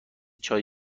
چای